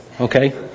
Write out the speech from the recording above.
okay